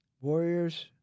Warriors